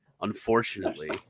Unfortunately